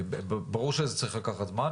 ברור שזה צריך לקחת זמן,